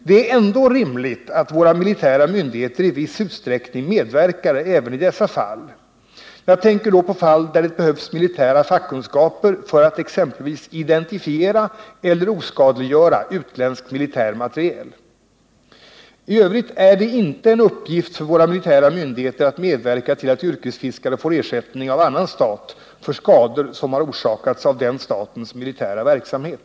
Det är ändå rimligt att våra militära myndigheter i viss utsträckning medverkar även i dessa fall. Jag tänker då på fall när det behövs militära fackkunskaper för att exempelvis identifiera eller oskadliggöra utländsk militär materiel. I övrigt är det inte en uppgift för våra militära myndigheter att medverka till att yrkesfiskare får ersättning av annan stat för skador som har orsakats av den statens militära verksamhet.